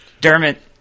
Dermot